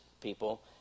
people